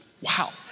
Wow